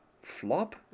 flop